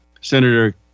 Senator